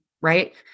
Right